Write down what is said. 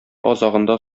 азагында